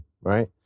right